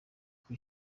kuko